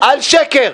איך אתה מגן על שקר?